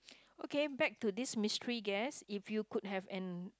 okay back to this mystery guess if you could have an